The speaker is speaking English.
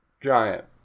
giant